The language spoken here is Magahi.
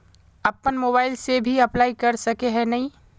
अपन मोबाईल से भी अप्लाई कर सके है नय?